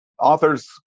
authors